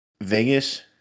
Vegas